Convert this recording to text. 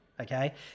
Okay